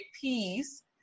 peace